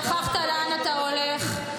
-- שכחת לאן אתה הולך.